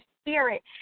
spirit